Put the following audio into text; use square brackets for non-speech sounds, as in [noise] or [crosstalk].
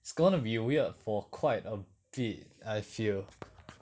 it's gonna be weird for quite a bit I feel [noise]